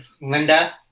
Linda